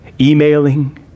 emailing